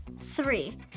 Three